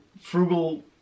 frugal